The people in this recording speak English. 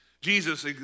Jesus